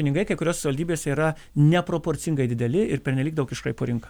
pinigai kai kurios savivaldybėse yra neproporcingai dideli ir pernelyg daug iškraipo rinką